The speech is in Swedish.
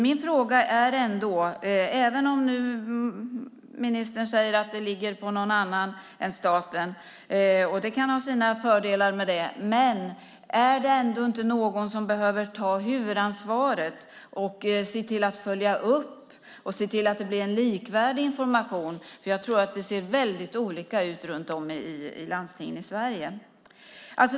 Ministern säger att det ligger på någon annan än staten - det kan ha sina fördelar. Men är det ändå inte någon som behöver ta huvudansvaret och se till att det blir en likvärdig information? Jag tror att det ser väldigt olika ut runt om i landstingen i Sverige.